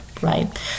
right